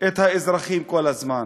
את האזרחים כל הזמן.